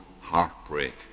heartbreak